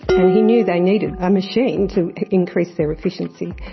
and he knew they needed a machine to increase their efficiency,